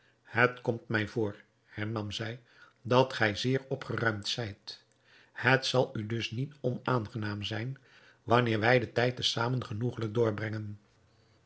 het komt mij voor hernam zij dat gij zeer opgeruimd zijt het zal u dus niet onaangenaam zijn wanneer wij den tijd te zamen genoegelijk doorbrengen